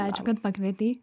ačiū kad pakvietei